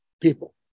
people